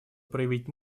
проявить